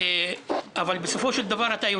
אבל בקצרה.